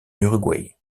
uruguay